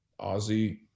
Ozzy